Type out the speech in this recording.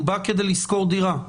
הוא בא כדי לשכור דירה,